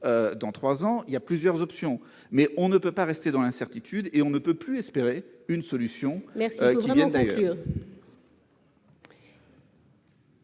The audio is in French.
dans trois ans ? Il existe plusieurs options, mais on ne peut pas rester dans l'incertitude et on ne peut plus espérer une solution qui vienne d'ailleurs.